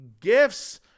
gifts